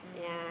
mm